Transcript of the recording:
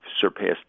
surpassed